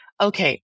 okay